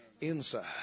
inside